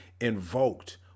invoked